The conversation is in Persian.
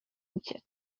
میشه